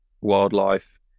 wildlife